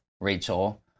Rachel